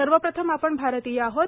सर्वप्रथम आपण भारतीय आहोत